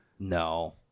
No